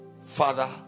father